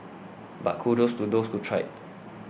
but kudos to those who tried